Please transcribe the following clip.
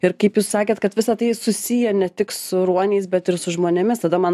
ir kaip jūs sakėt kad visa tai susiję ne tik su ruoniais bet ir su žmonėmis tada man